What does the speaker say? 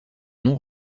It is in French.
non